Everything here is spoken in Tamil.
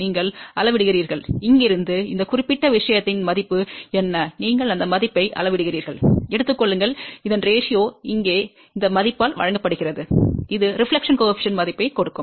நீங்கள் அளவிடுகிறீர்கள் இங்கிருந்து இங்கிருந்து இந்த குறிப்பிட்ட விஷயத்தின் மதிப்பு என்ன நீங்கள் இந்த மதிப்பை அளவிடுகிறீர்கள் எடுத்துக் கொள்ளுங்கள் இதன் விகிதம் இங்கே இந்த மதிப்பால் வகுக்கப்படுகிறது அது பிரதிபலிப்பின் குணகம் மதிப்பைக் கொடுக்கும்